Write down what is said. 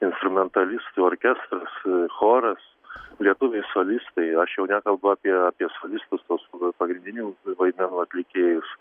instrumentalistų orkestras choras lietuviai solistai aš jau nekalbu apie apie solistus tuos pagrindinių vaidmenų atlikėjus